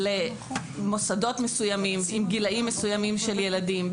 למוסדות מסוימים עם גילאים מסוימים של ילדים,